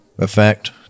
effect